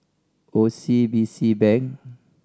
O C B C Bank